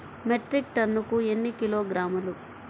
Metric టన్నుకు ఎన్ని కిలోగ్రాములు?